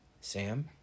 Sam